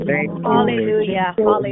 Hallelujah